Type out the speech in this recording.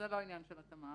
זה לא עניין של התאמה.